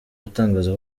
atangaza